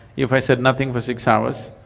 if i said nothing for six hours,